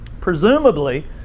Presumably